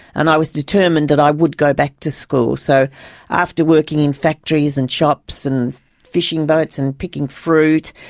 and i was determined that i would go back to school. so after working in factories and shops and fishing boats and picking fruit,